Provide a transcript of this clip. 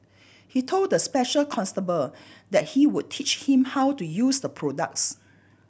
he told the special constable that he would teach him how to use the products